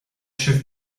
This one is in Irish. sibh